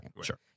Sure